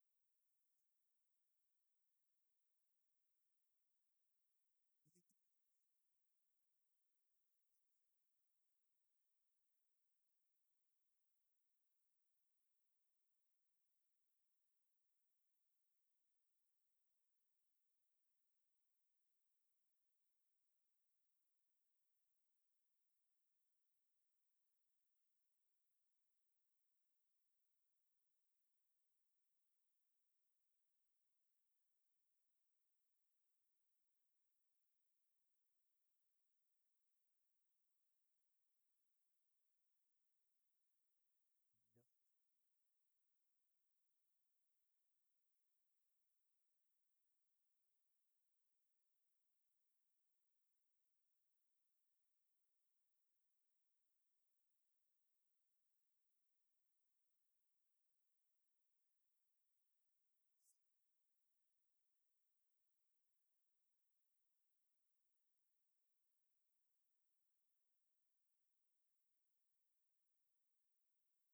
Gə nanyo bulami gəlo təm Ninyo kənkɔ abebəm na joul bəno nən dəm nyi gəlo təmo a bwilam kəggai yɔ a be a gɔla gɔ nəl a dau dʊl gəni kaam katəlam nəno wʊ ni bə gun dakini jəbɔ ji yau a gəlala lai miso jə maa jʊ mə maalei jʊwa bwi you ja dau dʊl jinɔ ja ya a jatəm juni mibo maajim tikalile a bʊtoi jəbo nɔɔtəm jʊni misɔ maajim tɨkali le a bʊtoi nəngo yimi kenen yim məndi kəngkəi mi kaa juni mə ya nʊwɔi a shu maaji kul məndi maaji mʊgɔ lɔɔng mi yɔtəm akan kwaaman, yɔtəm murka təm na kel kwaamai na jə mʊrka fei n ta gɔla məndi yɔ naja di yilan be a lɔɔ nəngɔ jʊ mə ja kəgga mə maale kəngki mi jʊni wɔ a bəlami wɔi mə sa mə sa j;uni yɔle nən mə alɔɔ kwaamai n nya fəbtəm wɔ mi kaa jəl wɔ.